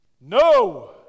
No